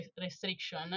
restriction